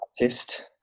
artist